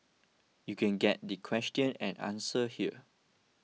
you can get the question and answer here